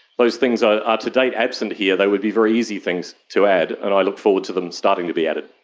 those things are ah to date absent here, they would be very easy things to add, and i look forward to them starting to be added.